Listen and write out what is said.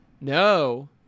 No